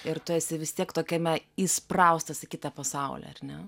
ir tu esi vis tiek tokiame įspraustas į kitą pasaulį ar ne